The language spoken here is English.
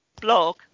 blog